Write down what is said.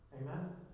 Amen